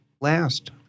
last